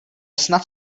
snad